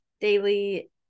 daily